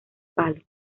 palo